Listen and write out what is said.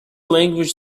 languages